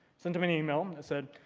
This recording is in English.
sent him an email, it said,